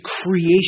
creation